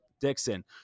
Dixon